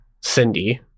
Cindy